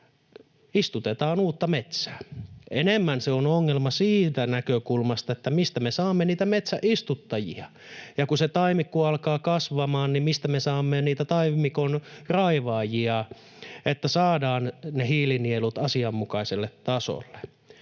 istutetaan uutta metsää. Enemmän se on ongelma siitä näkökulmasta, mistä me saamme niitä metsänistuttajia ja kun se taimikko alkaa kasvamaan, niin mistä me saamme niitä taimikonraivaajia, että saadaan ne hiilinielut asianmukaiselle tasolle.